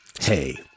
Hey